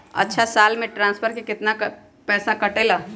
अछा साल मे ट्रांसफर के पैसा केतना कटेला?